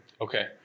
Okay